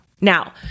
Now